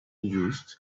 used